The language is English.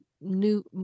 new